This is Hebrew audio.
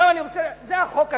זה החוק הקיים.